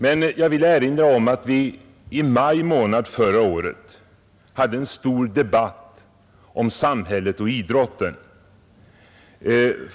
Däremot vill jag erinra om att vi i maj månad förra året hade en stor debatt om samhället och idrotten.